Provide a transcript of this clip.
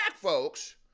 folks